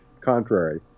contrary